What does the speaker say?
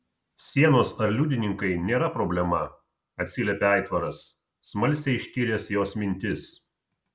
sienos ar liudininkai nėra problema atsiliepė aitvaras smalsiai ištyręs jos mintis